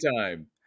time